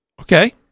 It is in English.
Okay